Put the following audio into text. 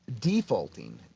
defaulting